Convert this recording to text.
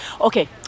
Okay